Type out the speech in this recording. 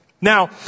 Now